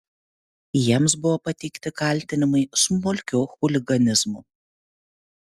jiems buvo pateikti kaltinimai smulkiu chuliganizmu